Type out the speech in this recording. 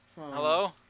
Hello